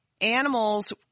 Animals